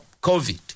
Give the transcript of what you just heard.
COVID